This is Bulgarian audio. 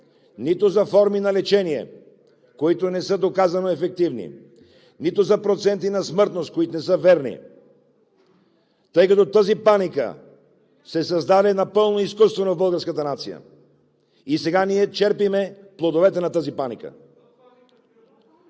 нито за форми на лечение, които не са доказано ефективни, нито за проценти на смъртност, които не са верни, тъй като тази паника се създаде напълно изкуствено в българската нация и сега ние черпим плодовете на тази паника.